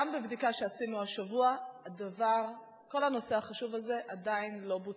גם בבדיקה שעשינו השבוע הדבר כל הנושא החשוב הזה עדיין לא בוצע.